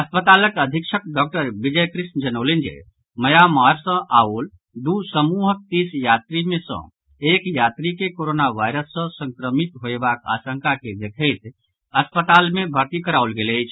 अस्पतालक अधीक्षक डाक्टर विजय कृष्ण जनौलनि जे म्यांमार सँ आओल दू समूहक तीस यात्री मे सँ एक यात्री के कोरोना वायरस सँ संक्रमित होयबाक आशंका के देखैत अस्पताल मे भर्ती कराओल गेल अछि